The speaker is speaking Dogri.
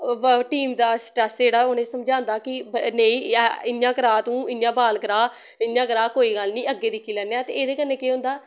टीम दा स्ट्रेस जेह्ड़ा उनें समझांदा कि नेईं इ'यां करा तूं इ'यां बाल करा इ'यां करा कोई गल्ल निं अग्गे दिक्खी लैने आं ते एह्दे कन्नै केह् होंदा